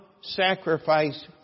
sacrifice